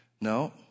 No